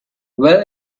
well